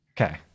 Okay